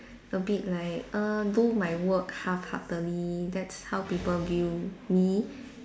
a bit like err do my work half-heartedly that's how people view me